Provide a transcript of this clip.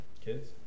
Kids